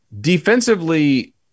Defensively